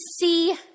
see